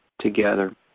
together